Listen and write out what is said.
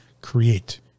create